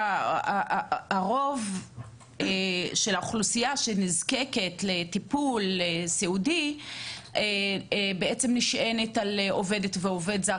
שרוב האוכלוסייה שנזקקת לטיפול סיעודי נשענת על עובדת ועובד זר.